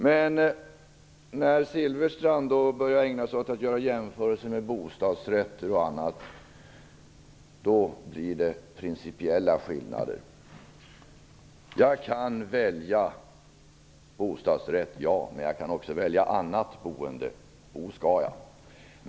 Men när Bengt Silfverstrand börjar göra jämförelser med bostadsrätter och annat, då blir det principiella skillnader. Jag kan välja bostadsrätt, ja, men jag kan också välja annat boende. Bo skall jag.